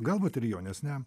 galbūt ir jaunesniam